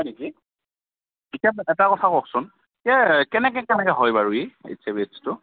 হয় নেকি এতিয়া এটা কথা কওকচোন কেনেকৈ কেনেকৈ হয় বাৰু ই এইচ আই ভি এইডচটো